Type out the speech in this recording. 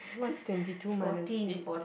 what's twenty two minus eight